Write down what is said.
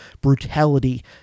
brutality